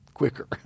quicker